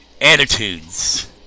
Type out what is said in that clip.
attitudes